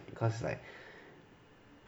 cause like